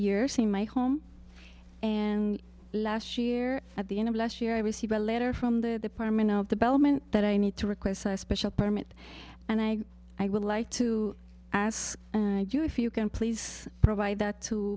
years in my home and last year at the end of last year i received a letter from the part of the bellman that i need to request a special permit and i would like to ask you if you can please provide that to